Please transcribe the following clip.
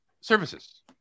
services